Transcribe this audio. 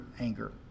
anger